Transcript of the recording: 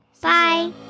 bye